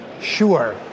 sure